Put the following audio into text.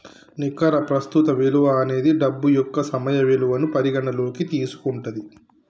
నికర ప్రస్తుత విలువ అనేది డబ్బు యొక్క సమయ విలువను పరిగణనలోకి తీసుకుంటది